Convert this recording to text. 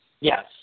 Yes